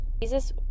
Jesus